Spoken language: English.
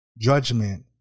judgment